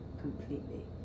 completely